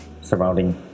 surrounding